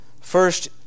First